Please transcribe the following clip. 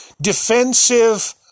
defensive